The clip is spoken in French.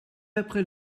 après